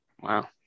wow